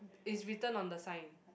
is written on the sign